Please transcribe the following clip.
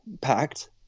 packed